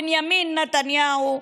בנימין נתניהו,